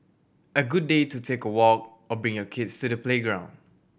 a good day to take a walk or bring your kids to the playground